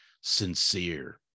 sincere